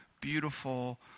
beautiful